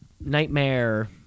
nightmare